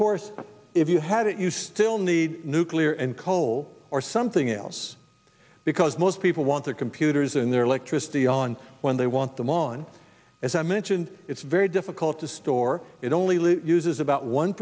course if you have it you still need nuclear and coal or something else because most people want their computers and their electricity on when they want them on as i mentioned it's very difficult to store it only uses about one